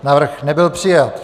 Návrh nebyl přijat.